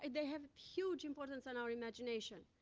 they have huge importance on our imagination.